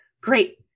great